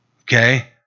okay